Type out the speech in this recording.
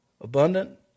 abundant